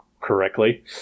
correctly